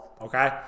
okay